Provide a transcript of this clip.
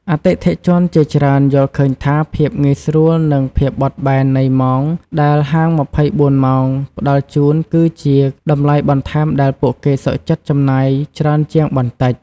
អតិថិជនជាច្រើនយល់ឃើញថា ភាពងាយស្រួល និង ភាពបត់បែននៃម៉ោង ដែលហាង ២៤ ម៉ោងផ្តល់ជូន គឺជា តម្លៃបន្ថែមដែលពួកគេសុខចិត្តចំណាយច្រើនជាងបន្តិច។